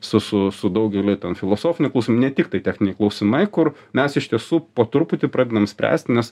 su su su daugeliui ten filosofinių klausimų ne tik tai techniniai klausimai kur mes iš tiesų po truputį pradedam spręsti nes